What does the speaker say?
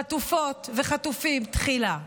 חטופות וחטופים תחילה.